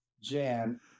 Jan